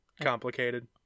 complicated